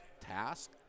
task